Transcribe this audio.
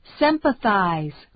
sympathize